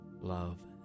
love